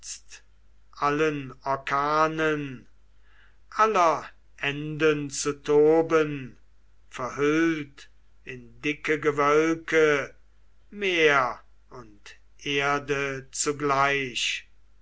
allen orkanen aller enden zu toben verhüllt in dicke gewölke meer und erde zugleich